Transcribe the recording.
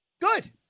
Good